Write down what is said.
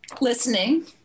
listening